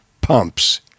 pumps